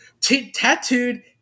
tattooed